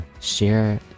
share